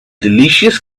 delicious